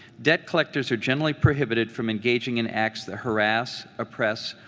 debt collectors are generally prohibited from engaging in acts that harass, oppress,